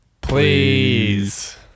Please